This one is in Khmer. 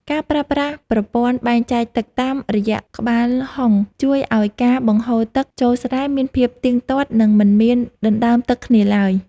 ការប្រើប្រាស់ប្រព័ន្ធបែងចែកទឹកតាមរយៈក្បាលហុងជួយឱ្យការបង្ហូរទឹកចូលស្រែមានភាពទៀងទាត់ និងមិនមានដណ្តើមទឹកគ្នាឡើយ។